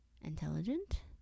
intelligent